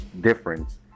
difference